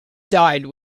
died